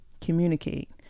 communicate